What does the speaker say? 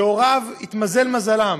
שהוריו התמזל מזלם